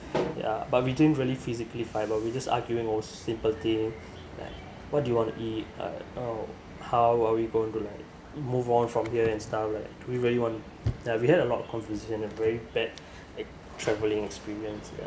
ya but we didn't really physically fight we were just arguing over simple thing what do you want to eat uh oh how are we going to like move on from here and stuff like do we really want to ya we had a lot of confusion and a very bad travelling experience yeah